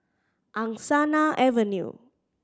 Angsana Avenue